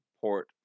port